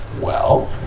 well,